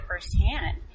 firsthand